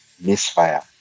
misfire